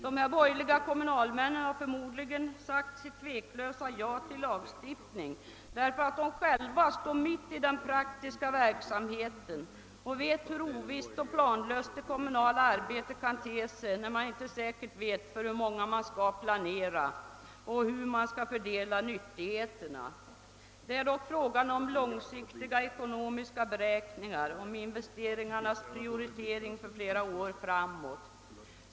Dessa borgerliga kommunalmän har förmodligen sagt sitt tveklösa ja till lagstiftning, därför att de själva står mitt i den praktiska verksamheten och vet hur ovisst och planlöst det kommunala arbetet kan te sig när man inte säkert vet för hur många man skall planera och hur man skall fördela nyttigheterna. Det är dock fråga om långsiktiga ekonomiska beräkningar, om investeringarnas prioritering för flera år framåt.